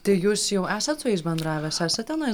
tai jūs jau esat su jais bendravęs esat tenais